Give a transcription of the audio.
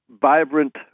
vibrant